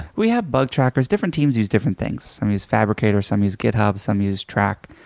we have bug trackers. different teams use different things. some use fabricator, some use github, some use track.